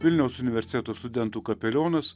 vilniaus universiteto studentų kapelionas